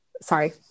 sorry